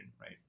right